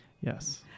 Yes